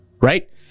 right